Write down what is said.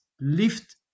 lift